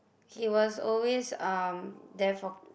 he was always um there for